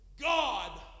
God